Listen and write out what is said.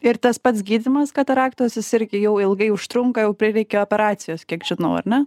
ir tas pats gydymas kataraktos jis irgi jau ilgai užtrunka jau prireikia operacijos kiek žinau ar ne